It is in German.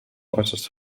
äußerst